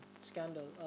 scandal